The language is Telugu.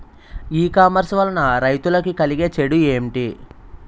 ఈ కామర్స్ వలన రైతులకి కలిగే చెడు ఎంటి?